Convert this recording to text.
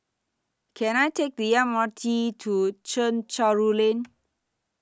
Can I Take The M R T to Chencharu Lane